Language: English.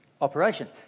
operation